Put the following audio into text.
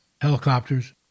helicopters